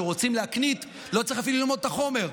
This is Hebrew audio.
כשרוצים להקניט לא צריך אפילו ללמוד את החומר.